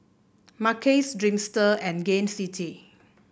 Mackays Dreamster and Gain City